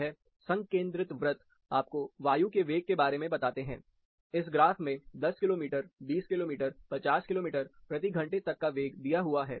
यहसंकेंद्रित वृत्त आपको वायु के वेग के बारे में बताते हैं इस ग्राफ में 10 किलोमीटर 20 किलोमीटर 50 किलोमीटर प्रति घंटे तक का वेग दिया हुआ है